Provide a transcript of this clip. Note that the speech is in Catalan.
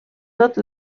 tot